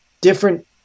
different